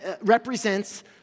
represents